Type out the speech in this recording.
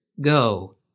go